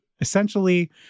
essentially